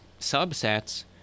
subsets